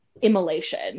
immolation